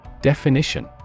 Definition